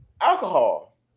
Alcohol